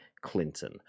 Clinton